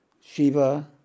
Shiva